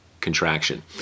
contraction